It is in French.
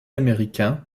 américains